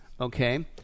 okay